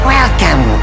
Welcome